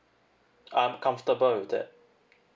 I'm comfortable with that